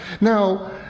Now